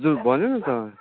हजुर भने न त